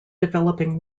developing